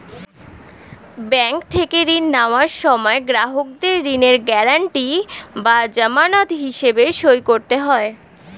bank থেকে ঋণ নেওয়ার সময় গ্রাহকদের ঋণের গ্যারান্টি বা জামানত হিসেবে সই করতে হয়